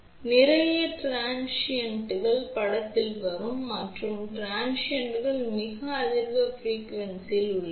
எனவே நிறைய டிரான்ஷியண்டுகள் படத்தில் வரும் மற்றும் இந்த டிரான்ஷியண்டுகள் மிக அதிக அதிர்வெண்ணில் உள்ளன